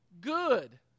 good